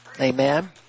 Amen